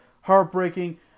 heartbreaking